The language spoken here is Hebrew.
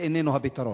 זה איננו הפתרון.